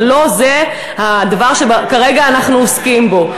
אבל לא זה הדבר שכרגע אנחנו עוסקים בו.